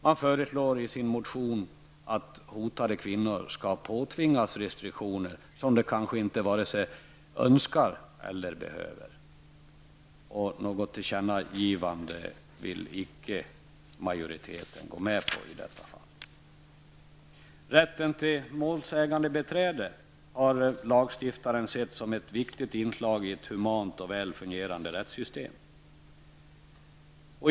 Man föreslår i sin motion att hotade kvinnor skall påtvingas restriktioner som de kanske inte vare sig önskar eller behöver. Något tillkännagivande till regeringen vill majoriteten inte gå med på i detta fall. Rätten till målsägandebiträde har lagstiftaren sett som ett viktigt inslag i ett humant och väl fungerande rättssystem.